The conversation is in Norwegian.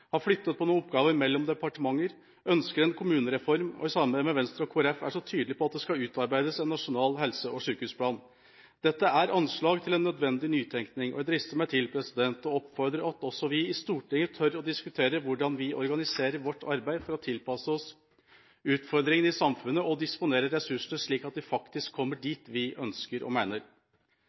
flyttet på noen oppgaver mellom departementer, ønsker en kommunereform, og i samarbeid med Venstre og Kristelig Folkeparti er så tydelig på at det skal utarbeides en nasjonal helse- og sykehusplan. Dette er anslag til en nødvendig nytenkning, og jeg drister meg til å oppfordre til at også vi i Stortinget tør å diskutere hvordan vi organiserer vårt arbeid for å tilpasse oss utfordringene i samfunnet og disponere ressursene slik at de faktisk kommer dit vi ønsker og